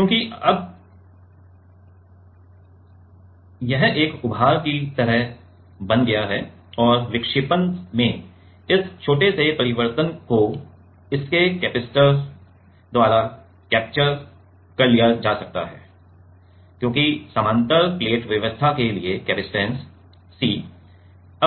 क्योंकि यह अब है एक उभार की तरह बन गया है और विक्षेपण में इस छोटे से परिवर्तन को इसके कपैसिटर द्वारा कैप्चर कर लिया जा सकता है क्योंकि समानांतर प्लेट व्यवस्था के लिए कपसिटंस C